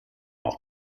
auch